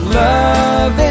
love